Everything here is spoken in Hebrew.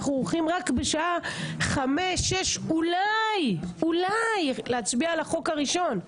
רק בשעה חמש-שש אנחנו הולכים אולי להצביע על החוק הראשון?